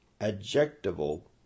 adjectival